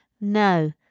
No